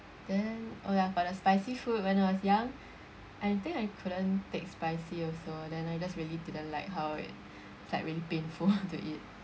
then oh ya for the spicy food when I was young I think I couldn't take spicy also then I just really didn't like how it it's like really painful to eat